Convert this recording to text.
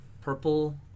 purple